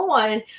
one